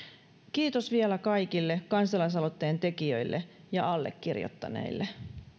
kiitos vielä kaikille kansalaisaloitteen tekijöille ja allekirjoittaneille